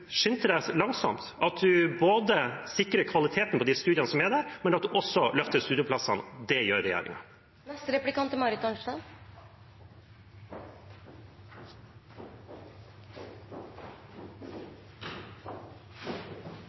langsomt, at en både sikrer kvaliteten på de studiene som er der, og løfter studieplassene. Det gjør regjeringen. Jeg kunne ha fortsatt med fagskoleutdanningen, for der er